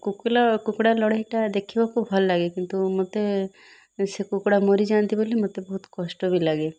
କୁକୁଡ଼ା ଲଢ଼େଇଟା ଦେଖିବାକୁ ଭଲ ଲାଗେ କିନ୍ତୁ ମତେ ସେ କୁକୁଡ଼ା ମରିଯାଆନ୍ତି ବୋଲି ମତେ ବହୁତ କଷ୍ଟ ବି ଲାଗେ